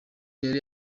yari